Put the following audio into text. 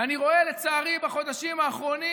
ואני רואה, לצערי, בחודשים האחרונים